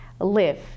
live